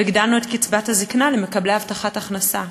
והגדלנו את קצבת הזיקנה למקבלי הבטחת הכנסה,